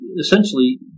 Essentially